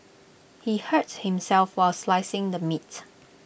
he hurts himself while slicing the meat